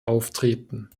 auftreten